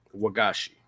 Wagashi